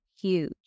huge